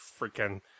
freaking